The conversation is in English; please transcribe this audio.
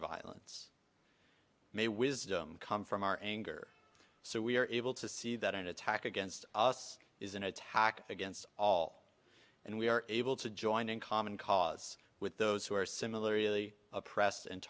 violence may wisdom come from our anger so we are able to see that an attack against us is an attack against all and we are able to join in common cause with those who are similarly oppressed and